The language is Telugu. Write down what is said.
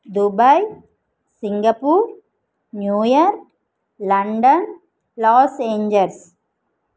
Dubai Singapore New York London Los Angeles